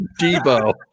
Debo